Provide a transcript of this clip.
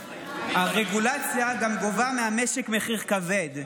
הרגולציה גם גובה מהמשק מחיר כבד.